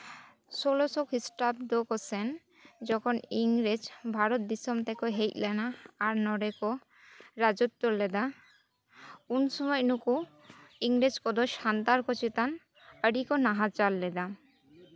ᱥᱳᱞᱳᱥᱚ ᱠᱷᱨᱤᱥᱴᱟᱵᱽᱫᱚ ᱠᱚᱥᱮᱱ ᱡᱚᱠᱷᱚᱱ ᱤᱝᱨᱮᱡᱽ ᱵᱷᱟᱨᱚᱛ ᱫᱤᱥᱚᱢ ᱛᱮᱠᱚ ᱦᱮᱡ ᱞᱮᱱᱟ ᱟᱨ ᱱᱚᱸᱰᱮ ᱠᱚ ᱨᱟᱡᱚᱛᱛᱚ ᱞᱮᱫᱟ ᱩᱱ ᱥᱚᱢᱚᱭ ᱱᱩᱠᱩ ᱤᱝᱨᱮᱡᱽ ᱠᱚᱫᱚ ᱥᱟᱱᱛᱟᱲ ᱠᱚ ᱪᱮᱛᱟᱱ ᱟᱹᱰᱤ ᱠᱚ ᱱᱟᱦᱟᱪᱟᱨ ᱞᱮᱫᱟ